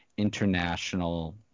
International